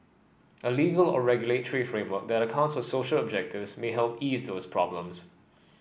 a legal or regulatory framework that accounts for social objectives may help ease those problems